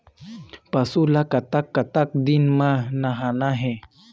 पशु ला कतक कतक दिन म नहाना हे?